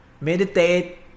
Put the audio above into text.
meditate